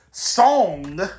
Song